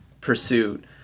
pursuit